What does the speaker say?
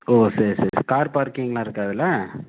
ஓ சரி சரி கார் பார்க்கிங்லாம் இருக்கா அதில்